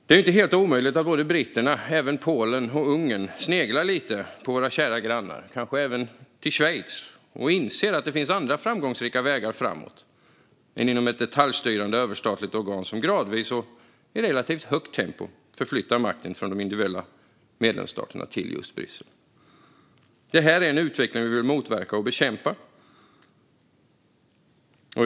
Det är inte helt omöjligt att britterna och även Polen och Ungern sneglar lite på våra kära grannar och kanske även på Schweiz och inser att det finns andra framgångsrika vägar framåt än inom ett detaljstyrande överstatligt organ som gradvis och i relativt högt tempo förflyttar makten från de individuella medlemsstaterna till just Bryssel. Detta är en utveckling som vi vill motverka och bekämpa.